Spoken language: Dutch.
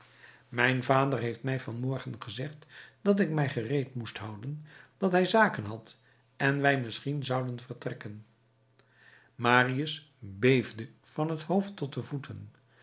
mijn vader heeft mij van morgen gezegd dat ik mij gereed moest houden dat hij zaken had en wij misschien zouden vertrekken marius beefde van het hoofd tot de voeten